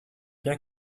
bien